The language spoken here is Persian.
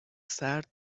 سرد